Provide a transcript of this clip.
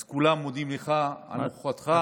אז כולם מודים לך על נוכחותך.